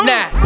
Nah